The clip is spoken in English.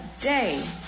day